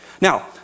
Now